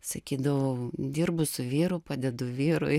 sakydavau dirbu su vyru padedu vyrui